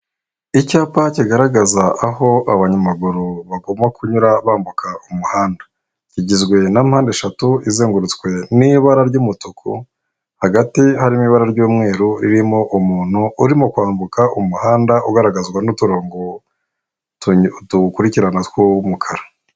Icyapa kigaragaza aho abanyamaguru bagomba kunyura bambuka umuhanda. Kigizwe na mpande eshatu izengurutswe n'ibara ry'umutuku, hagati harimo ibara ry'umweru ririmo umuntu urimo kwambuka umuhanda ugaragazwa n'uturongo tuwukurikirana tw'umukara.